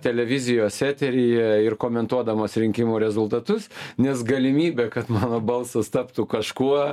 televizijos eteryje ir komentuodamas rinkimų rezultatus nes galimybė kad mano balsas taptų kažkuo